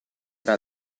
era